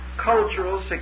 cultural